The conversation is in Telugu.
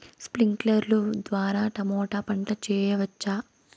స్ప్రింక్లర్లు ద్వారా టమోటా పంట చేయవచ్చా?